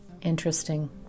Interesting